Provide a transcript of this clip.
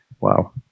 Wow